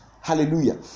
Hallelujah